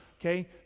okay